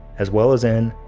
as well as in,